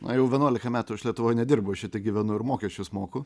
na jau vienuolika metų aš lietuvoje nedirbu aš čia tik gyvenu ir mokesčius moku